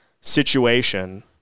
situation